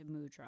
mudra